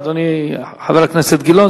אדוני חבר הכנסת גילאון,